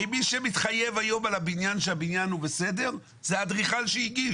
הרי מי שמתחייב היום על הבניין שהבניין הוא בסדר זה האדריכל שהגיש,